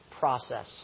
process